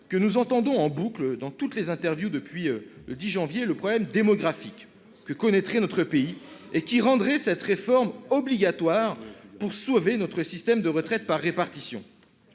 argument entendu en boucle dans toutes les interviews depuis le 10 janvier : le problème démographique que connaîtrait notre pays rendrait cette réforme obligatoire pour sauver notre système de retraite par répartition.